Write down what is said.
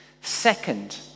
Second